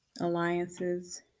alliances